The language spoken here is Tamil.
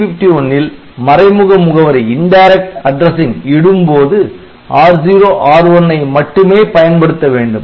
8051 ல் மறைமுக முகவரி இடும்போது R0 R1 ஐ மட்டுமே பயன்படுத்த வேண்டும்